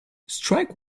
strike